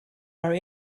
our